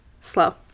slow